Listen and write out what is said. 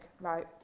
right